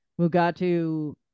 Mugatu